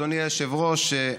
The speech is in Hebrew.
אדוני היושב-ראש,